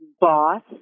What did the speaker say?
boss